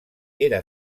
era